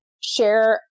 share